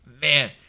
Man